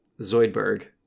Zoidberg